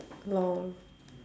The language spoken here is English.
long